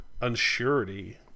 uncertainty